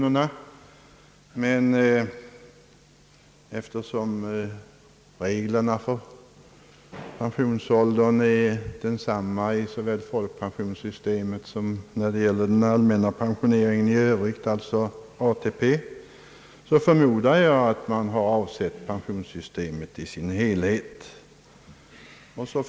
Eftersom reglerna beträffande pensionsåldern är desamma i fråga om folkpensionssystemet och den allmänna pensioneringen i övrigt, d. v. s. ATP, förmodar jag emellertid att motionärerna avser pensionssystemet i dess helhet.